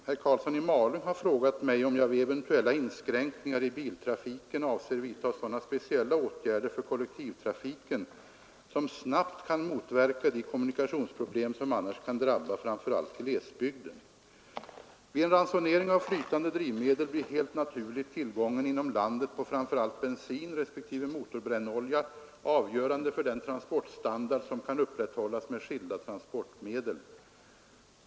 Herr talman! Herr Karlsson i Malung har frågat mig om jag vid eventuella inskränkningar i biltrafiken avser vidta sådana speciella åtgärder för kollektivtrafiken som snabbt kan motverka de kommunikationsproblem som annars kan drabba framför allt glesbygden. Vid en ransonering av flytande drivmedel blir helt naturligt tillgången inom landet på framför allt bensin respektive motorbrännolja avgörande för den transportstandard som kan upprätthållas med skilda transportmedel.